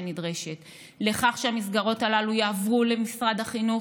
שנדרשת לכך שהמסגרות הללו יעברו למשרד החינוך.